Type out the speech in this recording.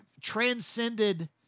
Transcended